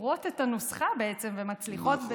שוברות את הנוסחה, בעצם, ומצליחות, נכון.